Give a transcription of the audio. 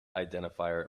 identifier